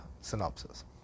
synopsis